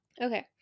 Okay